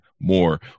more